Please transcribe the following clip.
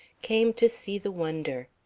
came to see the wonder.